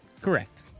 correct